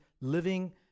living